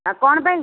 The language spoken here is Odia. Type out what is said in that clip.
ଆଉ କ'ଣ ପାଇଁ